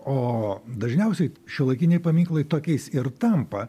o dažniausiai šiuolaikiniai paminklai tokiais ir tampa